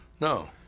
No